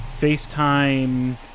FaceTime